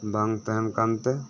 ᱵᱟᱝ ᱛᱟᱦᱮᱸ ᱠᱟᱱ ᱛᱮ